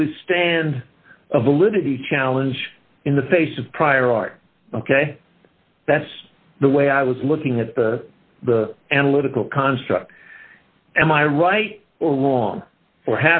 withstand a validity challenge in the face of prior art ok that's the way i was looking at the analytical construct am i right or wrong or